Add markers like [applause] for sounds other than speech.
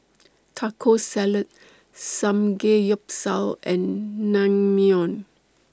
[noise] Taco Salad Samgeyopsal and Naengmyeon